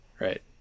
Right